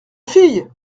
fille